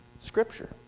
Scripture